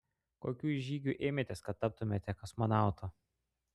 kokių žygių ėmėtės kad taptumėte kosmonautu